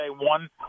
one